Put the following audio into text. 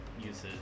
uses